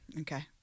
Okay